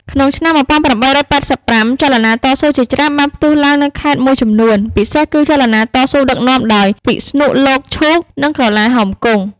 ក្នុងឆ្នាំ ១៨៨៥ ចលនាតស៊ូជាច្រើនបានផ្ទុះឡើងនៅខេត្តមួយចំនួន ពិសេសគឺចលនាតស៊ូដឹកនាំដោយពិស្ណុលោកឈូក និងក្រឡាហោមគង់។